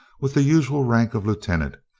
with the usual rank of lieutenant,